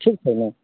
ठीक छै ने